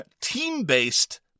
team-based